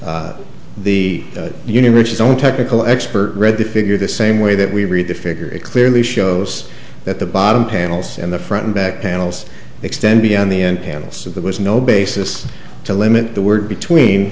the union ridges on technical expert read the figure the same way that we read the figure it clearly shows that the bottom panels and the front and back panels extend beyond the end panel so there was no basis to limit the word between